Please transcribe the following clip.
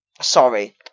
Sorry